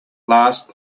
last